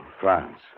France